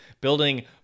building